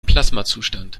plasmazustand